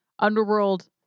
Underworld